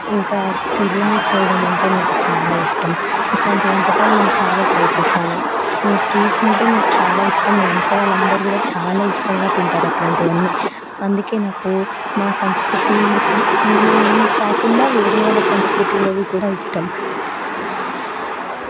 ఇంకా బిర్యాని చేయడం అంటే నాకు చాలా ఇష్టం ఇట్లాంటి వంటకాలు నేను చాలా ట్రై చేశాను స్వీట్స్ అంటే మాకు చాలా ఇష్టం మా ఇంట్లో వాళ్ళందరూ కూడా చాలా ఇష్టంగా తింటారు అట్లాంటివన్నీ అందుకే నాకు మా సంస్కృతిలోవి కాకుండా వేరే వాళ్ళ సంస్కృతిలోవి కూడా ఇష్టం